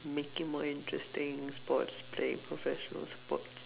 make it more interesting sports playing professional sports